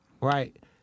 Right